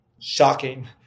shocking